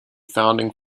founding